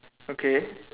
okay